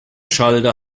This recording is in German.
schalter